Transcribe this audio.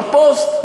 בפוסט,